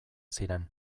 ziren